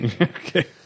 Okay